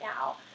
now